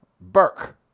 Burke